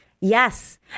Yes